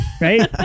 Right